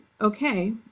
okay